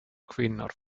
kvinnor